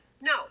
No